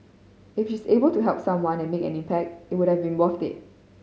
if she is able to help someone and make an impact it would have been worth it